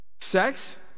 Sex